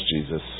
Jesus